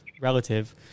relative